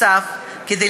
נוסף על כך,